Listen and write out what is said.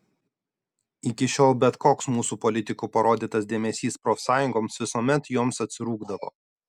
iki šiol bet koks mūsų politikų parodytas dėmesys profsąjungoms visuomet joms atsirūgdavo